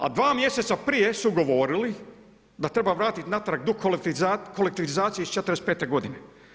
A dva mjeseca prije su govorili da treba vratiti natrag do kolektivizacije iz '45. godine.